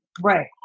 Right